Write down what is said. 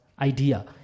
idea